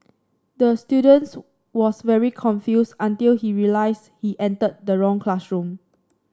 the students was very confused until he realised he entered the wrong classroom